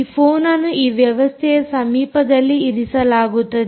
ಈ ಫೋನ್ ಅನ್ನು ಈ ವ್ಯವಸ್ಥೆಯ ಸಮೀಪದಲ್ಲಿ ಇರಿಸಲಾಗುತ್ತದೆ